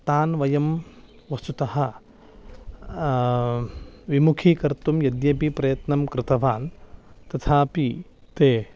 तान् वयं वस्तुतः विमुखीकर्तुं यद्यपि प्रयत्नं कृतवान् तथापि ते